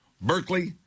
Berkeley